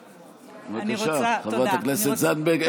בבקשה, חברת הכנסת זנדברג.